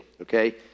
okay